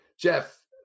Jeff